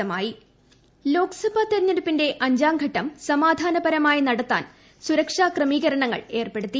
തെരഞ്ഞെടുപ്പ് അഞ്ചാംഘട്ടം ലോക്സഭ തെരഞ്ഞെടുപ്പിന്റെ അഞ്ചാം ഘട്ടം സമാധാനപരമായി നടത്താൻ സുരക്ഷാ ക്രമീകരണങ്ങൾ ഏർപ്പെടുത്തി